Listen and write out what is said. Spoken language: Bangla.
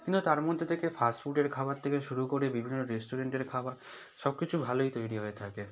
কিন্তু তার মধ্যে থেকে ফাস্ট ফুডের খাবার থেকে শুরু করে বিভিন্ন রেস্টুরেন্টের খাবার সব কিছু ভালোই তৈরি হয়ে থাকে